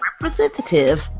representative